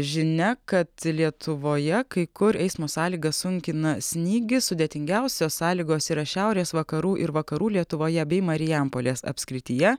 žinia kad lietuvoje kai kur eismo sąlygas sunkina snygis sudėtingiausios sąlygos yra šiaurės vakarų ir vakarų lietuvoje bei marijampolės apskrityje